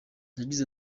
yagize